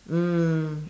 mm